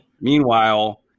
meanwhile